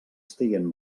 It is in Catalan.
estiguen